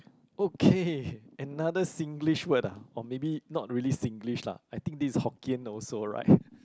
okay another Singlish word ah or maybe not really Singlish lah I think this Hokkien also right